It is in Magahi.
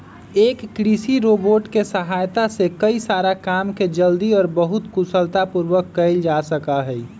एक कृषि रोबोट के सहायता से कई सारा काम के जल्दी और बहुत कुशलता पूर्वक कइल जा सका हई